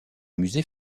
musée